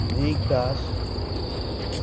Rik Das